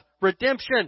redemption